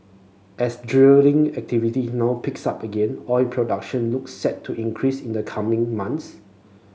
as drilling activity now picks up again oil production looks set to increase in the coming months